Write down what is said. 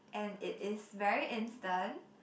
and it is very instant